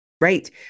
Right